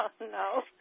no